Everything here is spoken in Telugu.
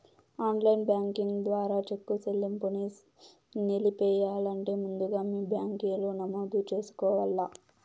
ఆన్లైన్ బ్యాంకింగ్ ద్వారా చెక్కు సెల్లింపుని నిలిపెయ్యాలంటే ముందుగా మీ బ్యాంకిలో నమోదు చేసుకోవల్ల